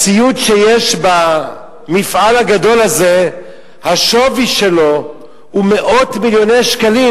שווי הציוד שיש במפעל הגדול הזה הוא מאות מיליוני שקלים,